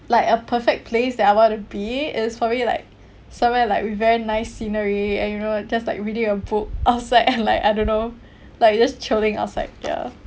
like a perfect place that I want to be is probably like somewhere like with very nice scenery and you know just like reading a book outside and like I don't know like you just chilling outside ya